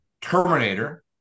Terminator